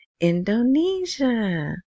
Indonesia